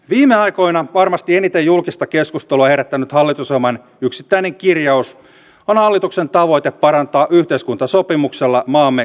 viime aikoina varmasti eniten julkista keskustelua herättänyt hallitusohjelman yksittäinen kirjaus on hallituksen tavoite parantaa yhteiskuntasopimuksella maamme kustannuskilpailukykyä